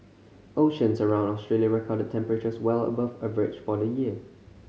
oceans around Australia recorded temperatures well above average for the year